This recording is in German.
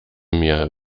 mir